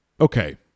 Okay